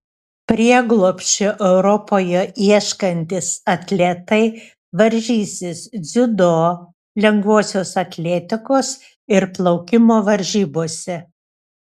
prieglobsčio europoje ieškantys atletai varžysis dziudo lengvosios atletikos ir plaukimo varžybose